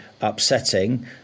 upsetting